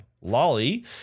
Lolly